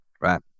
right